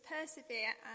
persevere